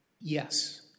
Yes